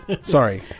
Sorry